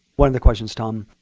one other question, tom,